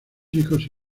hijos